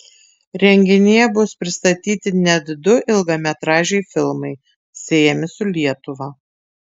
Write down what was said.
renginyje bus pristatyti net du ilgametražiai filmai siejami su lietuva